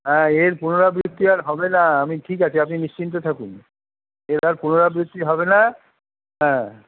হ্যাঁ এর পুনরাবৃত্তি আর হবে না আমি ঠিক আছে আপনি নিশ্চিন্তে থাকুন এটার পুনরাবৃত্তি হবে না হ্যাঁ